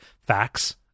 facts